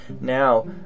Now